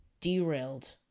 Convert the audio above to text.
derailed